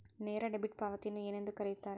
ನೇರ ಡೆಬಿಟ್ ಪಾವತಿಯನ್ನು ಏನೆಂದು ಕರೆಯುತ್ತಾರೆ?